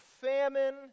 famine